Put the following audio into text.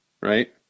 right